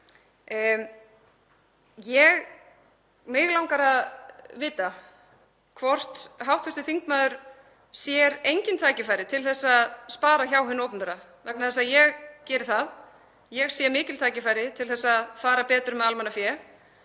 Mig langar að vita hvort hv. þingmaður sér engin tækifæri til að spara hjá hinu opinbera vegna þess að ég geri það. Ég sé mikil tækifæri til að fara betur með almannafé.